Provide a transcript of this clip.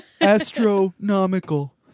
Astronomical